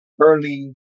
early